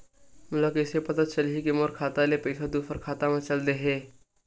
मोला कइसे पता चलही कि मोर खाता ले पईसा दूसरा खाता मा चल देहे?